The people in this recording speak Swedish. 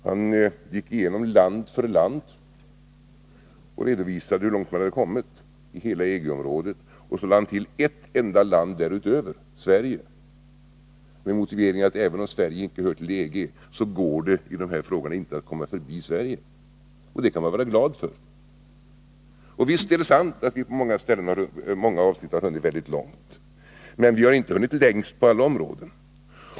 Han gick igenom land för land och redovisade hur långt man kommit i hela EG-området. Och så lade han till ett enda land därutöver, Sverige, med motiveringen att även om Sverige inte hör till EG så går det i de här sammanhangen inte att komma förbi Sverige. Det kan vi vara glada för. Visst är det sant att vi i många avsnitt hunnit mycket långt. Men vi har inte hunnit längst på alla områden.